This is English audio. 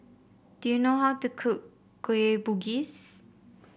do you know how to cook Kueh Bugis